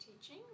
teaching